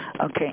Okay